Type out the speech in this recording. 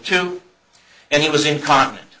two and he was incontinent